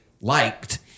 liked